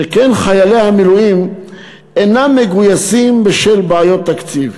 שכן חיילי המילואים אינם מגויסים בשל בעיות תקציב.